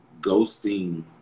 ghosting